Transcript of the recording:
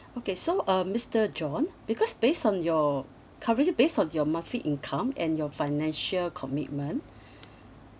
okay so um mister john because based on your currently based on your monthly income and your financial commitment